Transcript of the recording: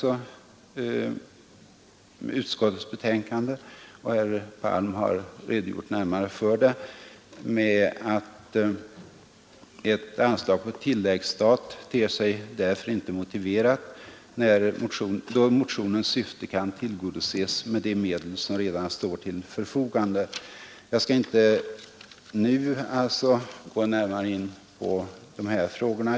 Utskottets betänkande — herr Palm har redogjort närmare för det — slutar med följande mening: ”Ett anslag på tilläggsstat ter sig därför inte motiverat, då motionens syfte kan tillgodoses med de medel, som redan står till förfogande.” Jag skall inte nu gå närmare in på våra krav om kraftigt ökat bistånd.